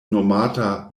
nomata